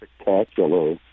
spectacular